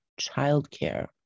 childcare